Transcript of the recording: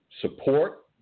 support